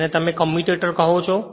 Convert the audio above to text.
જેને તમે કમ્યુટેટર કહો છો